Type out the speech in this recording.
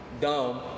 dumb